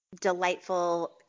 delightful